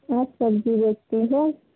हाँ सब्ज़ी बेचती हूँ